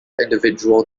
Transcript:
individual